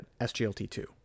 SGLT2